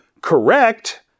Correct